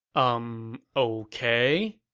um ok